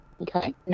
Okay